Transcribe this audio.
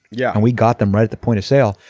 yeah. and we got them right at the point of sale.